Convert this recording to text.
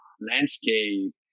landscape